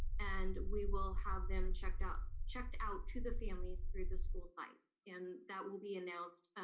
and we will have them checked out checked out to the families through the school sites, and that will be announced